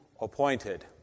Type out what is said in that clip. appointed